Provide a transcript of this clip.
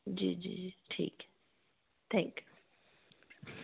जी जी ठीक हैं थैंक यू